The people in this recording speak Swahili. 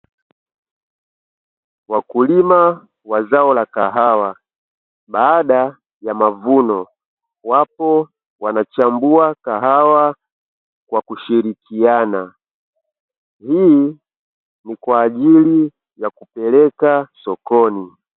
Wakulima wa zao la kahawa baada ya mavuno, wapo wanachambua kahawa kwa kushirikiana, hii ni kwaajili ya kupeleka sokoni